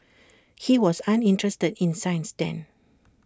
he was uninterested in science then